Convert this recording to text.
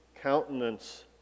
countenance